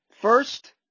First